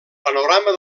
panorama